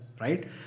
right